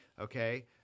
okay